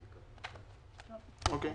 אוקיי.